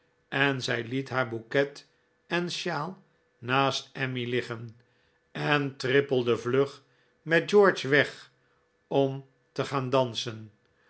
en zij liet haar bouquet en sjaal naast emmy liggen en trippelde vlug met george weg om te gaan dansen